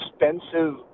expensive